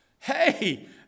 Hey